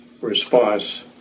response